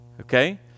Okay